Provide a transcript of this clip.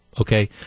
Okay